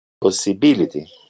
possibility